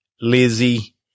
Lizzie